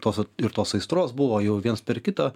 tos ir tos aistros buvo jau viens per kitą